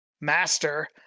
master